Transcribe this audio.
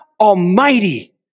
Almighty